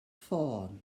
ffôn